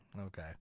Okay